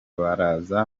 baraza